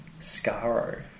Scaro